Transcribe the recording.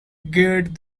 get